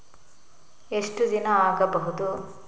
ಎಷ್ಟು ದಿನ ಆಗ್ಬಹುದು?